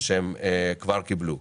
שהם כבר קיבלו.